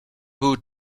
były